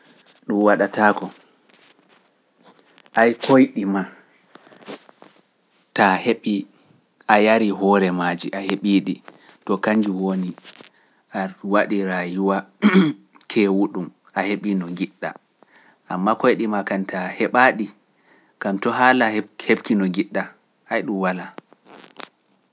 Ɗum waɗataako, ay koyɗi maa, taa heɓi a yari hoore maaji, a heɓi ɗi, to kanji woni a waɗira yuwa kewu ɗum, a heɓi no ngiɗɗaa, amma koyɗi maa kadi taa heɓa ɗi, kam to haala heɓki no ngiɗɗaa, ay ɗum walaa.